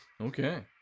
Okay